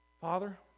Father